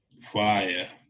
Fire